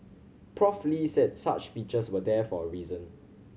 Prof Lee said such features were there for a reason